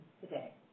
today